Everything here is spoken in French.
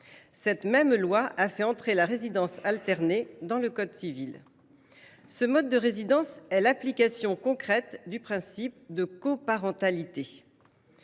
Cette même loi a introduit la résidence alternée dans le code civil. Ce mode de résidence est l’application concrète du principe de coparentalité.